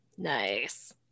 nice